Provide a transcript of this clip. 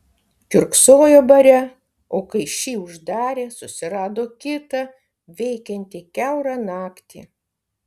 kiurksojo bare o kai šį uždarė susirado kitą veikiantį kiaurą naktį